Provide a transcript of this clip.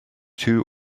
two